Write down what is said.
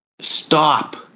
Stop